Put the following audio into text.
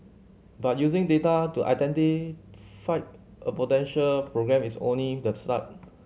but using data to identify a potential program is only the start